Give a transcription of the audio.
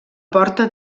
porta